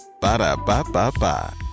Ba-da-ba-ba-ba